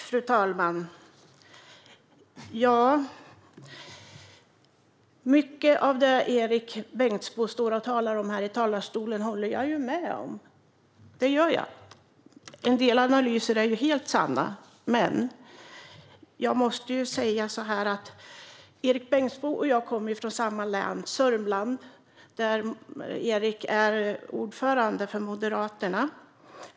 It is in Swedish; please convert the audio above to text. Fru talman! Mycket av det Erik Bengtzboe står och talar om här i talarstolen håller jag med om - det gör jag. En del analyser är helt sanna. Men jag måste säga så här: Erik Bengtzboe och jag kommer från samma län, Sörmland, där Erik är ordförande för Moderaterna.